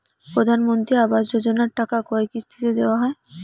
প্রধানমন্ত্রী আবাস যোজনার টাকা কয় কিস্তিতে দেওয়া হয়?